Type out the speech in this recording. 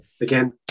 again